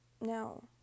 no